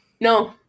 No